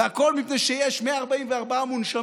והכול מפני שיש 144 מונשמים.